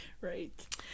right